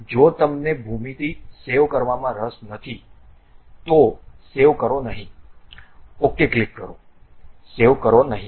જો તમને ભૂમિતિ સેવ કરવામાં રસ નથી તો સેવ કરો નહીં OK ક્લિક કરો સેવ કરો નહીં